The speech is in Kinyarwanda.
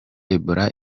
ebola